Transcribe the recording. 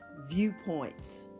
viewpoints